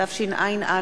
התשע”א